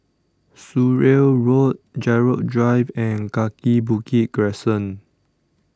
Surrey Road Gerald Drive and Kaki Bukit Crescent